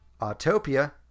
Autopia